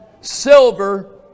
silver